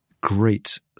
great